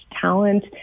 talent